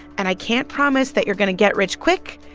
and i can't promise that you're going to get rich quick,